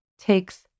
takes